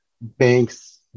banks